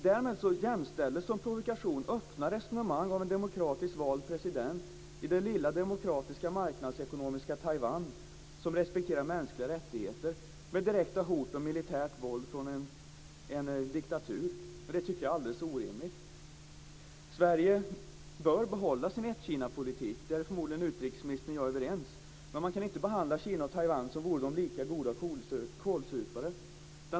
Därmed jämställs öppna resonemang av en demokratiskt vald president i det lilla demokratiska marknadsekonomiska Taiwan som respekterar mänskliga rättigheter med direkta hot om militärt våld från en diktatur och kallas för provokation. Det tycker jag är alldeles orimligt. Sverige bör behålla sin ett-Kina-politik. Där är förmodligen utrikesministern och jag överens. Man kan inte behandla Kina och Taiwan som vore de lika goda kålsupare.